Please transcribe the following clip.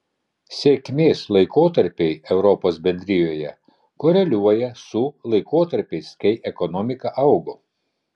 sėkmės laikotarpiai europos bendrijoje koreliuoja su laikotarpiais kai ekonomika augo